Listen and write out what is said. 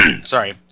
sorry